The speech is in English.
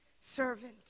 servant